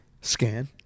Scan